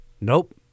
Nope